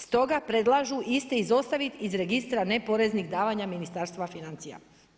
Stoga predlažu iste izostaviti iz Registra neporeznih davanja Ministarstva financija.